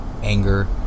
Anger